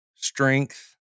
strength